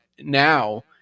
now